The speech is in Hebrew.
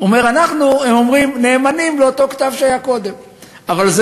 הם אומרים: אנחנו נאמנים לאותו כתב שהיה קודם.